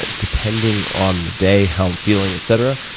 ah depending on the day, how i'm feeling, etc,